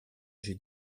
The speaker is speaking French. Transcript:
j’ai